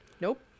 Nope